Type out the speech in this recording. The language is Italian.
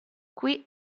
qui